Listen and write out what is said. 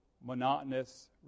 monotonous